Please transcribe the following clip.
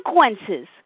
consequences